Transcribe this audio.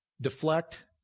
deflect